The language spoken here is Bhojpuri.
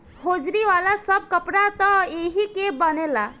होजरी वाला सब कपड़ा त एही के बनेला